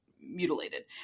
mutilated